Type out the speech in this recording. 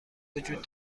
وجود